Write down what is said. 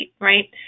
right